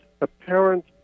apparent